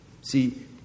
See